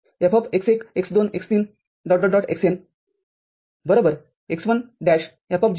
Fx1 x2 x3 xN x1'